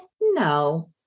No